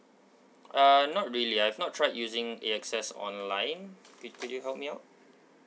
uh not really I've not tried using AXS online could could you help me out